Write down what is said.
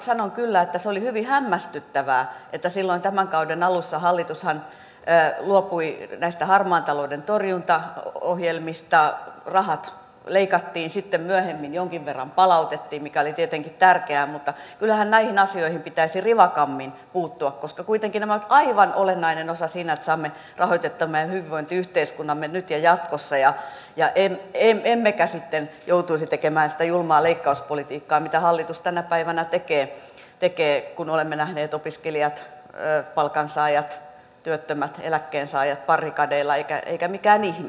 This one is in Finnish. sanon kyllä että se oli hyvin hämmästyttävää että silloin tämän kauden alussa hallitushan luopui näistä harmaan talouden torjuntaohjelmista rahat leikattiin sitten myöhemmin jonkin verran palautettiin mikä oli tietenkin tärkeää mutta kyllähän näihin asioihin pitäisi rivakammin puuttua koska kuitenkin nämä ovat aivan olennainen osa siinä että saamme rahoitettua tämän meidän hyvinvointiyhteiskuntamme nyt ja jatkossa emmekä sitten joutuisi tekemään sitä julmaa leikkauspolitiikkaa mitä hallitus tänä päivänä tekee kun olemme nähneet opiskelijat palkansaajat työttömät eläkkeensaajat barrikadeilla eikä mikään ihme